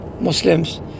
Muslims